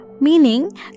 Meaning